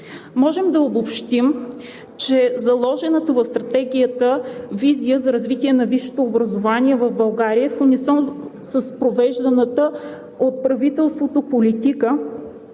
Можем да обобщим, че заложената в Стратегията визия за развитие на висшето образование в България е в унисон с провежданата от правителството политика